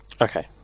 Okay